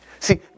See